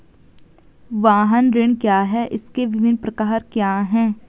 वाहन ऋण क्या है इसके विभिन्न प्रकार क्या क्या हैं?